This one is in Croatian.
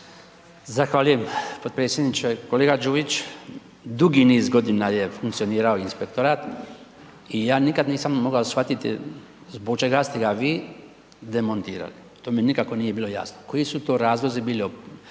Zahvaljujem potpredsjedniče. Kolega Đujić, dugi niz godina je funkcionirao inspektorat i ja nikad nisam mogao shvatiti zbog čega ste ga vi demontirali, to mi nikako nije bilo jasno, koji su to razlozi bili, koji